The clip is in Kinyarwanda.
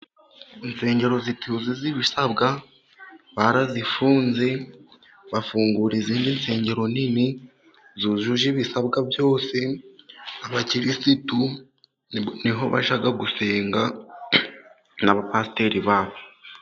Insengero zituje ziibisabwa barazifunze, bafungura izindi nsengero nini zujuje ibisabwa byose. Aba kirisitu niho bajya gusenga n'abapasiteri babo.